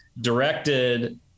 directed